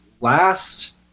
last